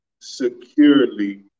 securely